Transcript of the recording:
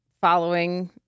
following